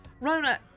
rona